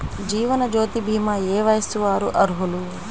జీవనజ్యోతి భీమా ఏ వయస్సు వారు అర్హులు?